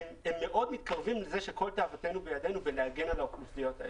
הן מאוד מתקרבות לזה שכל תאוותנו בידינו בהגנה על האוכלוסיות האלה.